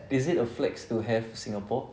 is it a flex to have singapore